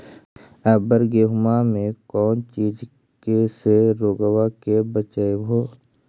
अबर गेहुमा मे कौन चीज के से रोग्बा के बचयभो?